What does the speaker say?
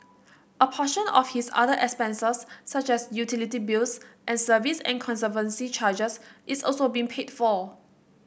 a portion of his other expenses such as utility bills and service and conservancy charges is also being paid for